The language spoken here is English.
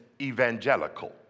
evangelical